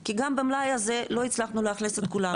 כי גם במלאי הזה לא צלחנו לאכלס את כולם.